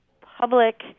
public